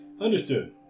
Understood